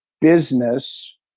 business